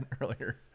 earlier